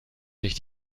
sich